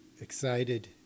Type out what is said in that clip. excited